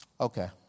Okay